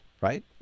right